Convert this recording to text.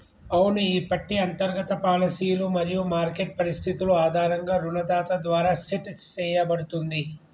అవును ఈ పట్టి అంతర్గత పాలసీలు మరియు మార్కెట్ పరిస్థితులు ఆధారంగా రుణదాత ద్వారా సెట్ సేయబడుతుంది